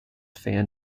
fan